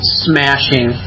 smashing